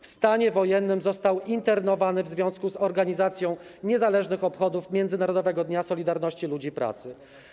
W stanie wojennym został internowany w związku z organizacją niezależnych obchodów Międzynarodowego Dnia Solidarności Ludzi Pracy.